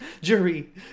Jury